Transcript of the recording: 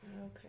okay